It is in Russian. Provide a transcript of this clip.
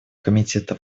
комитета